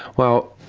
well,